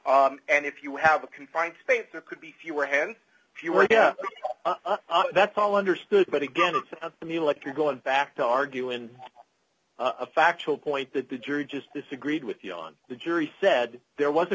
and if you have a confined space there could be fewer and fewer that's all understood but again it's a to me like you're going back to argue in a factual point that the jury just disagreed with you on the jury said there was a